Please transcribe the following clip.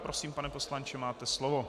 Prosím, pane poslanče, máte slovo.